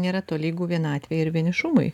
nėra tolygu vienatvei ir vienišumui